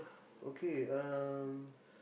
okay um